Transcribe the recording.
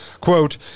quote